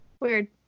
Weird